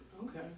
okay